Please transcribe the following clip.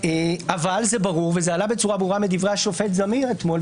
אבל זה ברור וזה עלה בצורה ברורה מדברי השופט זמיר אתמול,